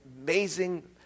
amazing